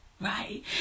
right